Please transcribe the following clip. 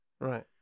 Right